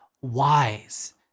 wise